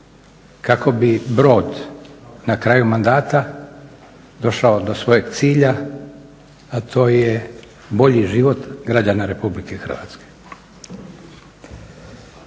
kako bi brod na kraju mandata došao do svojeg cilja, a to je bolji život građana Republike Hrvatske.